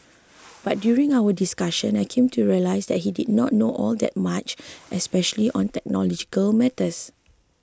but during our discussion I came to realise that he did not know all that much especially on technological matters